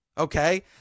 Okay